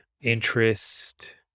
interest